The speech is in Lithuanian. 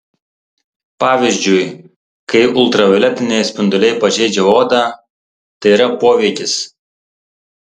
pavyzdžiui kai ultravioletiniai spinduliai pažeidžia odą tai yra poveikis